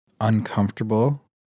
uncomfortable